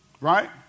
Right